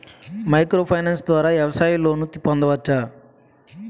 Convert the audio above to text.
Micro finance ద్వారా వ్యవసాయ loan పొందవచ్చా?